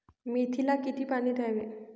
मेथीला किती पाणी द्यावे?